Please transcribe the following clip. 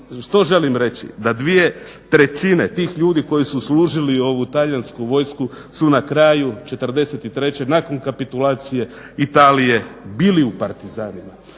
Što želim reći? Da 2/3 tih ljudi koji su služili ovu talijansku vojsku su na kraju '43.nakon kapitulacije Italije bili u partizanima